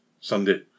Sunday